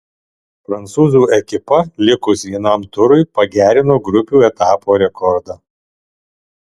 prancūzų ekipa likus vienam turui pagerino grupių etapo rekordą